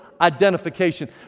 identification